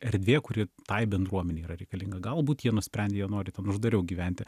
erdvė kuri tai bendruomenei yra reikalinga galbūt jie nusprendė jie nori ten uždariau gyventi